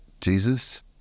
Jesus